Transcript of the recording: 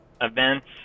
events